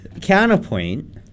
counterpoint